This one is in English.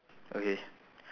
okay